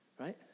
right